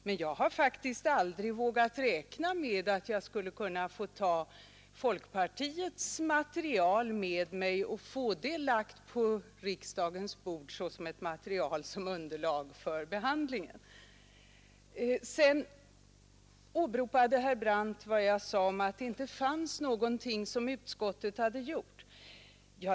Men jag har faktiskt aldrig vågat räkna med att jag skulle kunna lägga folkpartiets material på riksdagens bord såsom underlag för behandling. Herr Brandt åberopade vad jag sade om att utskottet inte hade gjort någonting.